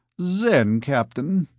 zen! captain,